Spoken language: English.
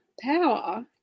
power